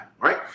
right